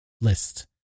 list